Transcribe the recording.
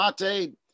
Mate